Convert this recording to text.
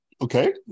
Okay